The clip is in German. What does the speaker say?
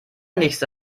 nächste